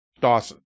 Dawson